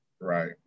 Right